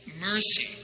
mercy